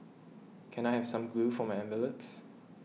can I have some glue for my envelopes